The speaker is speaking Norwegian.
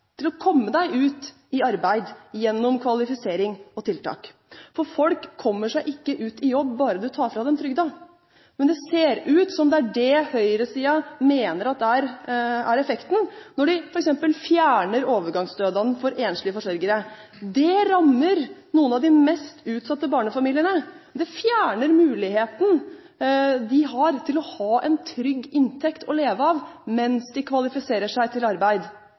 til å komme deg ut i arbeid gjennom kvalifisering og tiltak. For folk kommer seg ikke ut i jobb bare du tar fra dem trygda. Men det ser ut som om det er det høyresiden mener er effekten når de f.eks. fjerner overgangsstønaden for enslige forsørgere. Det rammer noen av de mest utsatte barnefamiliene. Det fjerner muligheten de har til å ha en trygg inntekt å leve av mens de kvalifiserer seg til arbeid.